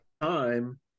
time